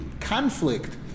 conflict